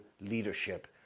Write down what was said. leadership